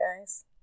guys